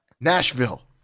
nashville